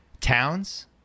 Towns